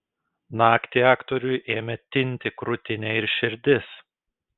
naktį aktoriui ėmė tinti krūtinė ir širdis